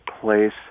place